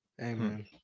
Amen